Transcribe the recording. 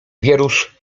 wierusz